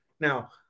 Now